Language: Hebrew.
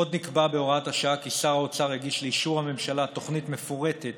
עוד נקבע בהוראת השעה כי שר האוצר יגיש לאישור הממשלה תוכנית מפורטת